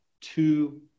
two